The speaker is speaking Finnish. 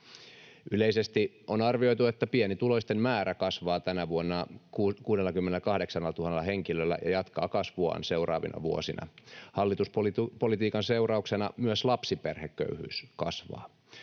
Yleisesti on arvioitu, että pienituloisten määrä kasvaa tänä vuonna 68 000 henkilöllä ja jatkaa kasvuaan seuraavina vuosina. Hallituspolitiikan seurauksena myös lapsiperheköyhyys kasvaa.